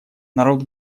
народ